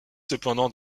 cependant